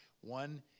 one